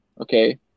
okay